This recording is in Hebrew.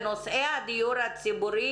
בנושא הדיור הציבור,